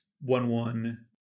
one-one